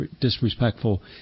disrespectful